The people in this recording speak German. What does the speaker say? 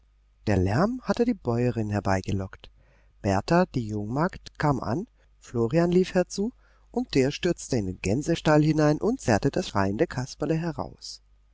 der lärm hatte die bäuerin herbeigelockt berta die jungmagd kam an florian lief herzu und der stürzte in den gänsestall hinein und zerrte das schreiende kasperle heraus